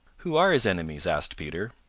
who are his enemies? asked peter.